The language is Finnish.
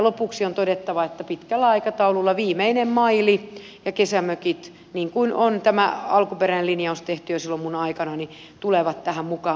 lopuksi on todettava että pitkällä aikataululla viimeinen maili ja kesämökit niin kuin on tämä alkuperäinen linjaus tehty jo silloin minun aikanani tulevat tähän mukaan